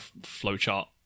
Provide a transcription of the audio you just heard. flowchart